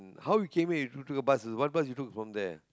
how you came here you took a bus what bus you took from there